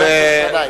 חבר הכנסת גנאים.